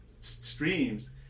streams